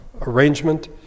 arrangement